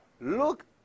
Look